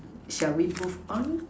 shall we move on